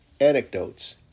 anecdotes